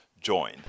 join